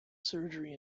surgery